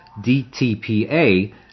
DTPA